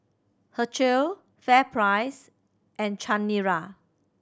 Herschel FairPrice and Chanira